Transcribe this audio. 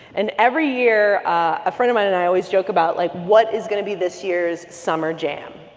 and every year, a friend of mine and i always joke about, like, what is going to be this year's summer jam?